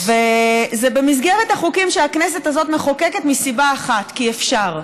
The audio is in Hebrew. זה במסגרת החוקים שהכנסת הזאת מחוקקת מסיבה אחת: כי אפשר.